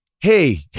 Hey